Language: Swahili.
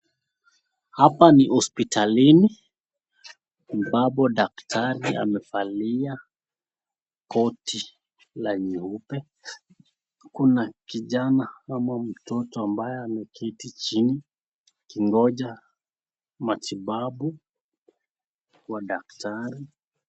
Hapa ni hospitalini, ambapo daktari amevalia koti la nyeupe. Kuna kijana ama mtoto ambaye ameketi chini, akingoja matibabu wa daktari.